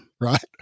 right